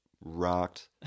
rocked